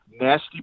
Nasty